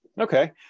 Okay